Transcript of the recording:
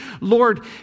Lord